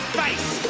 face